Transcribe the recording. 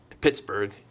Pittsburgh